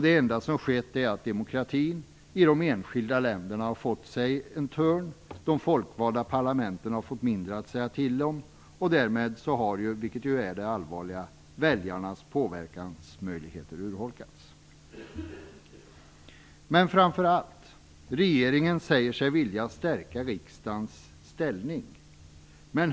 Det enda som skett är att demokratin i de enskilda länderna har fått sig en törn. De folkvalda parlamenten har fått mindre att säga till om. Därmed har, vilket är det allvarliga, väljarnas påverkansmöjligheter urholkats. Regeringen säger sig vilja stärka riksdagens ställning.